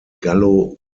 gallo